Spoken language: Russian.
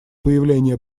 появление